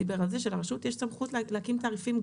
דיבר על זה שלרשות יש סמכות להקים תעריפים,